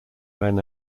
men